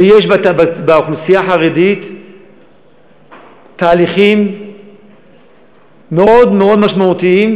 ויש באוכלוסייה החרדית תהליכים מאוד מאוד משמעותיים.